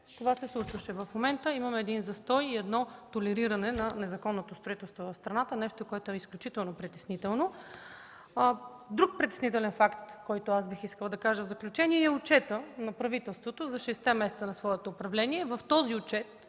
това се случваше. В момента имаме застой и толериране на незаконното строителство в страната – нещо, което е изключително притеснително. Друг притеснителен факт, който бих искала да кажа в заключение, е отчетът на правителството за шестте месеца на своето управление. В този отчет